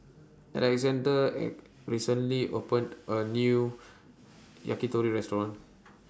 Alexa recently opened A New Yakitori Restaurant